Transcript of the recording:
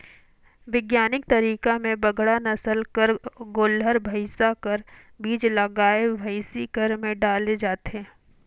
बिग्यानिक तरीका में बड़का नसल कर गोल्लर, भइसा कर बीज ल गाय, भइसी कर में डाले जाथे